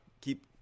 Keep